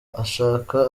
ashaka